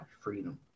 freedom